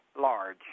large